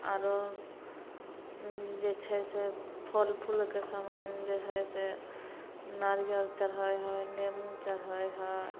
आरो जे छै से फल फूलके समान जे हइ से नारियल चढ़ै हइ नेमू चढ़ै हइ